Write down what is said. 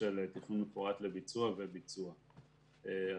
של תכנון מפורט לביצוע וביצוע עצמו.